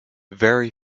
very